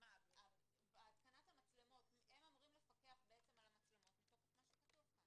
הם אמורים לפקח על התקנת המצלמות מתוקף מה שכתוב כאן.